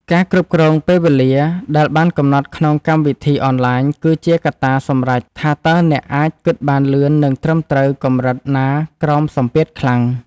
ការគ្រប់គ្រងពេលវេលាដែលបានកំណត់ក្នុងកម្មវិធីអនឡាញគឺជាកត្តាសម្រេចថាតើអ្នកអាចគិតបានលឿននិងត្រឹមត្រូវកម្រិតណាក្រោមសម្ពាធខ្លាំង។